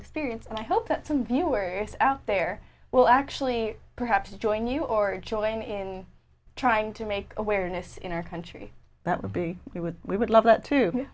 experience and i hope that some viewers out there will actually perhaps join you or join in trying to make awareness in our country that would be we would we would love that to